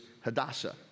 Hadassah